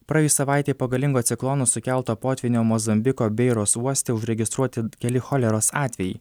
praėjus savaitei po galingo ciklono sukelto potvynio mozambiko beiros uoste užregistruoti keli choleros atvejai